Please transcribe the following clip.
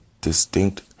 distinct